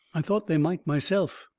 i thought they might myself.